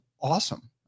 awesome